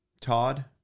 Todd